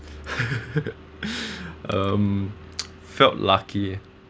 um felt lucky eh